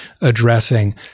addressing